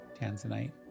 Tanzanite